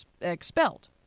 expelled